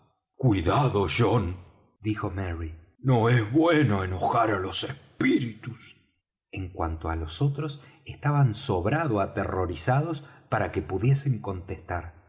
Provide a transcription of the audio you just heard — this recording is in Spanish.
cuidado john dijo merry no es bueno enojar á los espritus en cuanto á los otros estaban sobrado aterrorizados para que pudiesen contestar